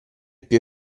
più